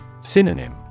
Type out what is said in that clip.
Synonym